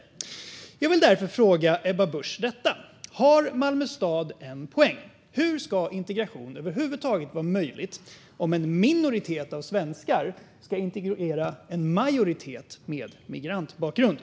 Jag vill därför fråga Ebba Busch följande: Har Malmö stad en poäng? Hur ska integration över huvud taget vara möjligt om en minoritet av svenskar ska integrera en majoritet med migrantbakgrund?